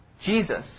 Jesus